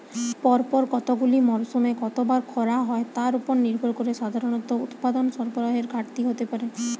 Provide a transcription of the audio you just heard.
পরপর কতগুলি মরসুমে কতবার খরা হয় তার উপর নির্ভর করে সাধারণত উৎপাদন সরবরাহের ঘাটতি হতে পারে